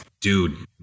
dude